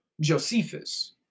Josephus